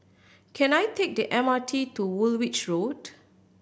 can I take the M R T to Woolwich Road